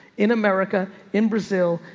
in america, in brazil,